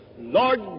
Lord